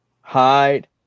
hide